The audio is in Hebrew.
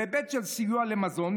"בהיבט של סיוע למזון,